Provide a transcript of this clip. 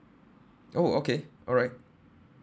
oh okay alright